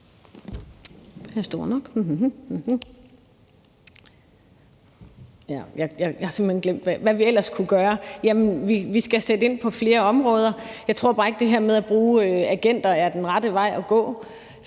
det. I forhold til hvad vi ellers kunne gøre, vil jeg sige, at vi skal sætte ind på flere områder. Jeg tror bare ikke, at det her med at bruge agenter, er den rette vej at gå,